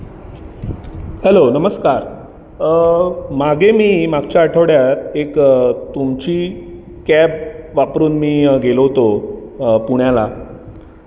hello नमस्कार मागे मी मागच्या आठवड्यात एक तुमची कॅब वापरून मी गेलो होतो पुण्याला